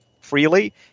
freely